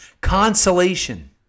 Consolation